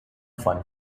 fun